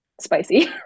spicy